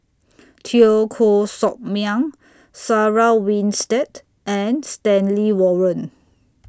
Teo Koh Sock Miang Sarah Winstedt and Stanley Warren